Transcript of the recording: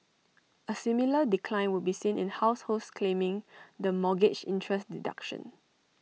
A similar decline would be seen in households claiming the mortgage interest deduction